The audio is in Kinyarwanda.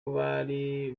bari